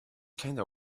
kinda